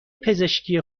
پزشکی